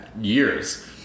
years